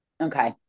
Okay